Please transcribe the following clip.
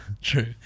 True